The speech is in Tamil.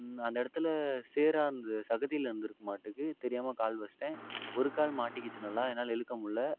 அந்த இடத்துல சேறாக இருந்துது சகதியில் இருந்திருக்கும் மாட்டுக்கு தெரியாமல் கால் வச்சுவிட்டேன் ஒரு கால் மாட்டிக்கிச்சு நல்லா என்னால் இழுக்க முடில்ல